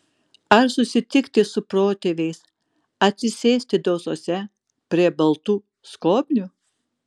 ar susitikti su protėviais atsisėsti dausose prie baltų skobnių